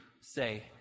say